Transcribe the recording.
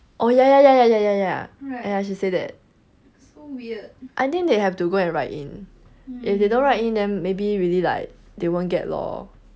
oh ya ya ya ya ya ya she said that I think they have to go and write in if they don't write in then maybe really like they won't get lor